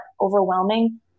overwhelming